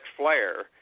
flare